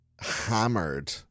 hammered